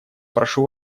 прошу